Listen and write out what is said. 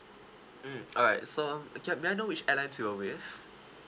mm alright so okay may I know which airline you were with